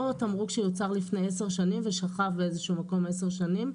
לא תמרוק שיוצר לפני עשר שנים ושכב באיזשהו מקום עשר שנים,